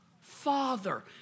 Father